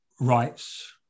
rights